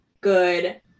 good